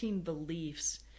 beliefs